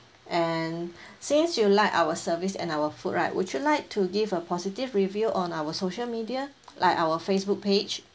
and since you like our service and our food right would you like to give a positive review on our social media like our Facebook page